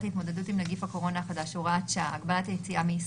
להתמודדות עם נגיף הקורונה החדש (הוראת שעה) (הגבלת היציאה מישראל),